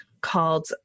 called